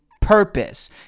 purpose